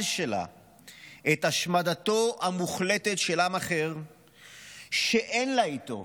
שלה את השמדתו המוחלטת של עם אחר שאין לה איתו